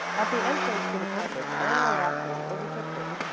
at the entrance to the campus eleanor watson overtook her.